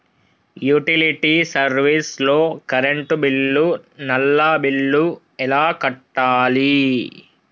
Utility service లో current bill, నల్లా bill ఎలా కట్టాలి?